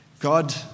God